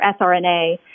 SRNA